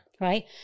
Right